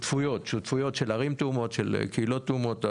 שותפויות של ערים תאומות, של קהילות תאומות.